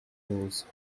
onze